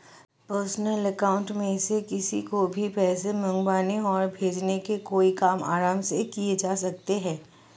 personal account में से किसी को भी पैसे मंगवाने और भेजने के कई काम आराम से किये जा सकते है